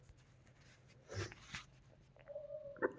Fixed income analysis ಅಂದ್ರೆನು?